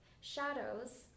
shadows